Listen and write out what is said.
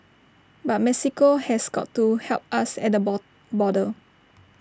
but Mexico has got to help us at the bo border